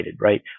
Right